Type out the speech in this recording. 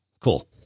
cool